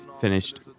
finished